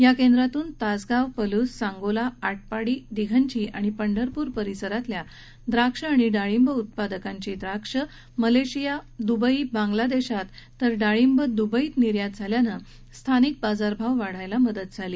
या केंद्रातून तासगांव पलुस सांगोला आटपाडी दिघंची आणि पंढरपुर परिसरातील द्राक्ष आणि डाळींब उत्पादकांची द्राक्ष मलेशिया दुबई बांगला देशात तर डाळिंब दुबई श्रे निर्यात झाल्यानं स्थानिक बाजारभाव वाढायला मदत झाली